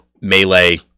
melee